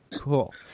Cool